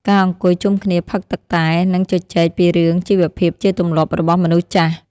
ការអង្គុយជុំគ្នាផឹកទឹកតែ និងជជែកពីរឿងជីវភាពជាទម្លាប់របស់មនុស្សចាស់។